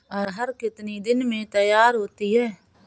अरहर कितनी दिन में तैयार होती है?